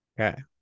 okay